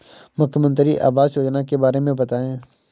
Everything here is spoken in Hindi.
मुख्यमंत्री आवास योजना के बारे में बताए?